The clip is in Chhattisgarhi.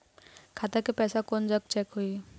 खाता के पैसा कोन जग चेक होही?